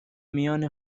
میان